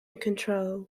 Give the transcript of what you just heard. control